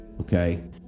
okay